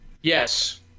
Yes